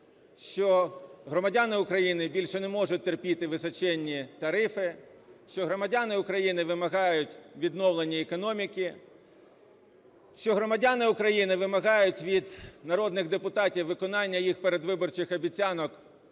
що громадяни України більше не можуть терпіти височенні тарифи, що громадяни України вимагають відновлення економіки, що громадяни України вимагають від народних депутатів виконання їх передвиборчих обіцянок,